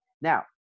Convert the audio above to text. Now